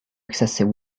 excessive